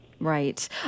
Right